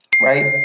Right